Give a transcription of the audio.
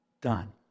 done